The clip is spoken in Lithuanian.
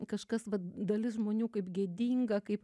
kažkas vat dalis žmonių kaip gėdinga kaip